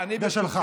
זה שלך.